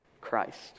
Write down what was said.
Christ